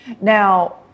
Now